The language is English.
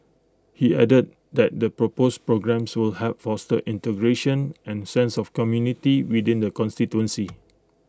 he added that the proposed programmes will help foster integration and A sense of community within the constituency